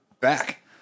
back